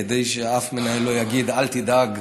כדי שאף אחד לא יגיד: אל תדאג,